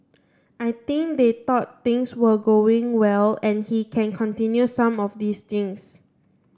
I think they thought things were going well and he can continue some of these things